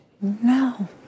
No